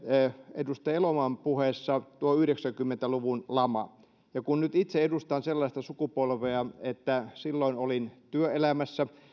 edustaja elomaan puheessa tuo yhdeksänkymmentä luvun lama ja kun nyt itse edustan sellaista sukupolvea että silloin olin työelämässä